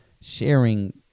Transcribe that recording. sharing